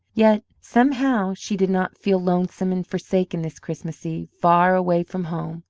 yet, somehow, she did not feel lonesome and forsaken this christmas eve, far away from home,